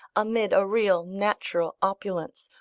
amid a real natural opulence,